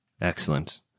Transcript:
Excellent